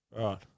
Right